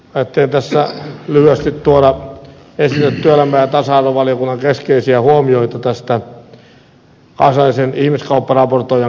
ajattelin tässä lyhyesti tuoda esille työelämä ja tasa arvovaliokunnan keskeisiä huomioita kansallisen ihmiskaupparaportoijan kertomuksesta